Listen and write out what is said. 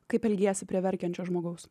kaip elgiesi prie verkiančio žmogaus